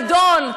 מדון,